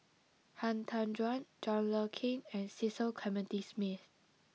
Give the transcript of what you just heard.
Han Tan Juan John Le Cain and Cecil Clementi Smith